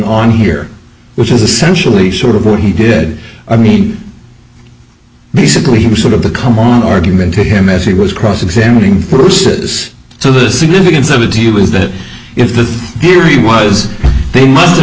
on here which is essentially sort of what he did i mean basically he was sort of the come on argument to him as he was cross examining produces so the significance of it he was that if the theory was they must have